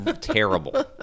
terrible